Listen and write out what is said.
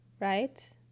right